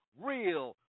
real